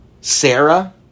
Sarah